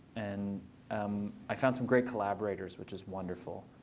and um i found some great collaborators, which is wonderful.